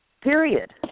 Period